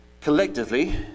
collectively